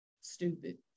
stupid